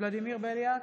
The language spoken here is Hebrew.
ולדימיר בליאק,